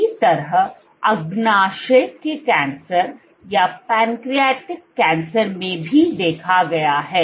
इसी तरह अग्नाशय के कैंसर में भी देखा गया है